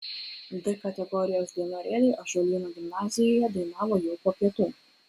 d kategorijos dainorėliai ąžuolyno gimnazijoje dainavo jau po pietų